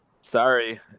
Sorry